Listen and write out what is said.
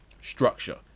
structure